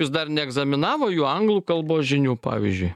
jis dar neegzaminavo jų anglų kalbos žinių pavyzdžiui